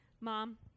Mom